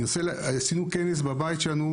עשינו כנס בבית שלנו.